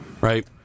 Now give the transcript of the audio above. Right